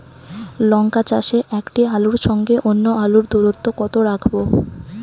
লঙ্কা চাষে একটি আলুর সঙ্গে অন্য আলুর দূরত্ব কত রাখবো?